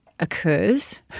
occurs